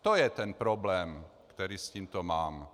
To je ten problém, který s tímto mám.